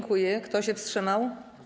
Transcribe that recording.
Kto się wstrzymał?